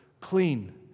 clean